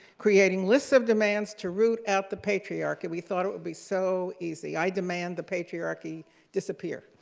creating lists of demands to root out the patriarchy. we thought it would be so easy, i demand the patriarchy disappear.